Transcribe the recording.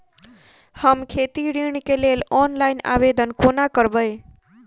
हम खेती ऋण केँ लेल ऑनलाइन आवेदन कोना करबै?